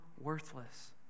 worthless